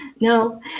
no